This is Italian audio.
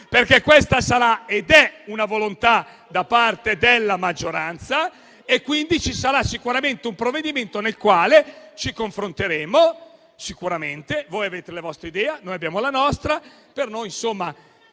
perché questa è una volontà della maggioranza e quindi ci sarà sicuramente un provvedimento nel quale ci confronteremo. Voi avete le vostre idee e noi abbiamo le nostre.